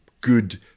good